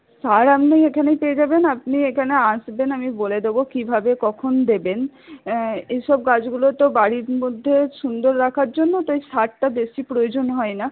সার আপনি এখানেই পেয়ে যাবেন আপনি এখানে আসবেন আমি বলে দেবো কীভাবে কখন দেবেন এই সব গাছগুলো তো বাড়ির মধ্যে সুন্দর রাখার জন্য তাই সারটা বেশি প্রয়োজন হয় না